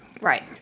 Right